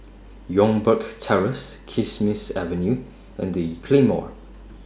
Youngberg Terrace Kismis Avenue and The Claymore